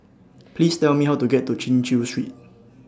Please Tell Me How to get to Chin Chew Street